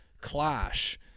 clash